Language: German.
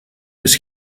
bis